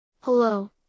Hello